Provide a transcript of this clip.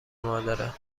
مادره